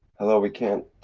hello, we can't.